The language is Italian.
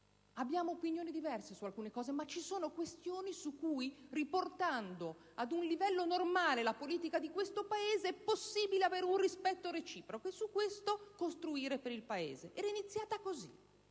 abbiamo opinioni diverse su alcuni punti ma ci sono questioni su cui, riportando ad un livello normale la politica di questo Paese, è possibile un rispetto reciproco e su di esso costruire per il Paese. Era iniziata così